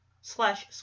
slash